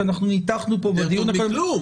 כי ניתחנו פה בדיון --- זה יותר טוב מכלום.